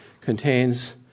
contains